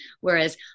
Whereas